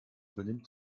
benimmt